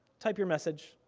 type your message,